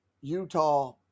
Utah